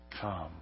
Come